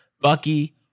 Bucky